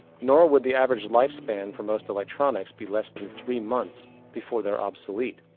nor would the average lifespan for most electronics be less than three months before they're obsolete.